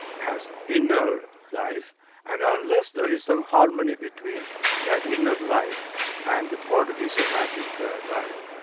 has inner life and unless there is some harmony between that inner life and bodily somatic life,